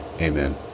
Amen